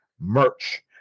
merch